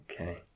Okay